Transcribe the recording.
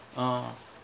orh